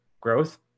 growth